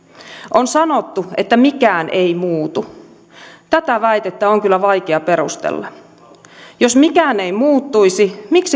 on sanottu että mikään ei muutu tätä väitettä on kyllä vaikea perustella jos mikään ei muuttuisi miksi